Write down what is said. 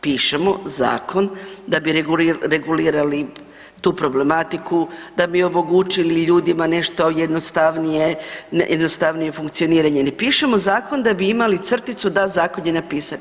Pišemo zakon da bi regulirali tu problematiku, da bi omogućili ljudima nešto jednostavnije, jednostavnije funkcioniranje ili pišemo zakon da bi imali crticu da zakon je napisan.